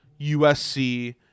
USC